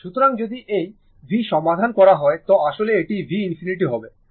সুতরাং যদি এই v সমাধান করা হয় তো আসলে এটি v ∞ হবে